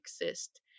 exist